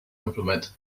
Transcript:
implement